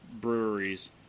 breweries